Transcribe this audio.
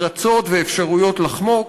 פרצות ואפשרויות לחמוק.